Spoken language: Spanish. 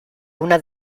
una